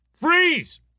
Freeze